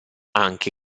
anche